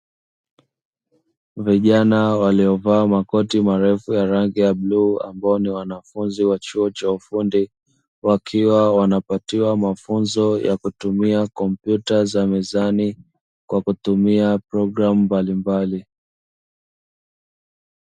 Vijana waliovaa makoti marefu ya rangi ya bluu, ambao ni wanafunzi wa chuo cha ufundi, wakiwa wanapatiwa mafunzo ya kutumia kompyuta za mezani kwa kutumia programu mbalimbali.